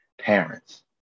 parents